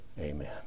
Amen